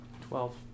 Twelve